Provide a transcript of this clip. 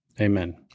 Amen